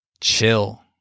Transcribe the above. Chill